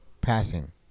passing